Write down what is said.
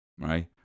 Right